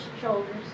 shoulders